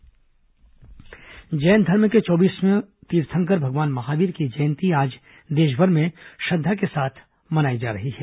महावीर जयंती जैन धर्म के चौबीसवें और तीर्थंकर भगवान महावीर की जयंती आज देशभर में श्रद्धा के साथ मनाई जा रही है